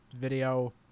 video